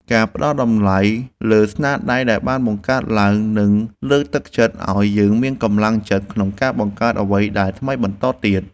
ការផ្តល់តម្លៃលើស្នាដៃដែលបានបង្កើតឡើងនឹងលើកទឹកចិត្តឱ្យយើងមានកម្លាំងចិត្តក្នុងការបង្កើតអ្វីដែលថ្មីបន្តទៀត។